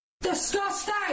disgusting